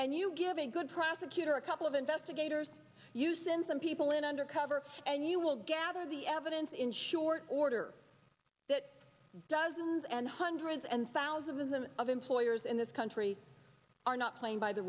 and you give a good prosecutor a couple of investigators you send some people in undercover and you will gather the evidence in short order that dozens and hundreds and thousands of them of employers in this country are not playing by the